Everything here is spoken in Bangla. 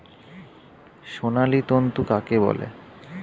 সোনালী তন্তু কাকে বলে?